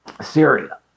Syria